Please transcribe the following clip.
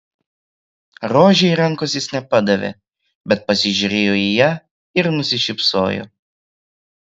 rožei rankos jis nepadavė bet pasižiūrėjo į ją ir nusišypsojo